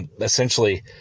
essentially